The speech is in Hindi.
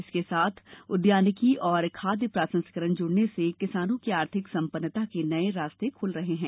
इसके साथ उद्यानिकी और खाद्य प्र संस्करण जुड़ने से किसानों की आर्थिक सम्पन्नता के नये रास्ते खुले हैं